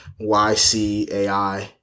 YCAI